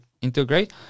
integrate